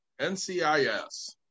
NCIS